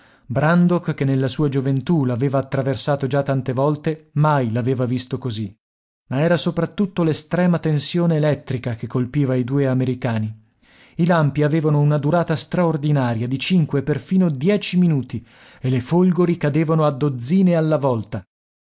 cento brandok che nella sua gioventù l'aveva attraversato già tante volte mai l'aveva visto così ma era soprattutto l'estrema tensione elettrica che colpiva i due americani i lampi avevano una durata straordinaria di cinque e perfino dieci minuti e le folgori cadevano a dozzine alla volta